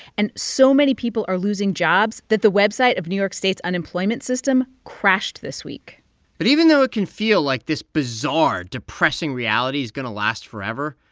and so many people are losing jobs that the website of new york state's unemployment system crashed this week but even though it can feel like this bizarre, depressing reality is going to last forever,